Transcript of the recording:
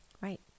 Right